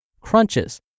crunches